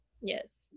Yes